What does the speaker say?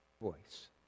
voice